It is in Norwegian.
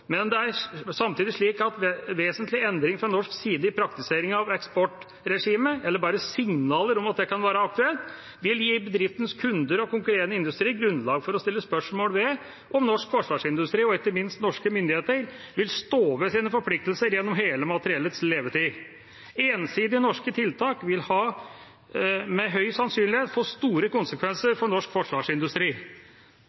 Men det er samtidig slik at vesentlige endringer fra norsk side i praktiseringen av eksportkontrollregimet, eller bare signaler om at det kan være aktuelt, vil gi bedriftens kunder og konkurrerende industri grunnlag for å stille spørsmål ved om norsk forsvarsindustri – og ikke minst norske myndigheter – vil stå ved sine forpliktelser gjennom hele materiellets levetid. Ensidige norske tiltak vil med høy sannsynlighet få store konsekvenser for norsk forsvarsindustri.